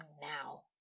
now